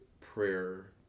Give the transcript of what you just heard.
prayer